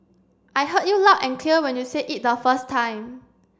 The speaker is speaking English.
I heard you loud and clear when you said it the first time